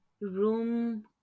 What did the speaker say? room